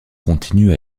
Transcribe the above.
continue